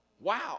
Wow